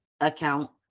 account